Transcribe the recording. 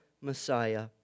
Messiah